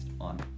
on